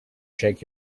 check